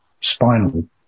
spinal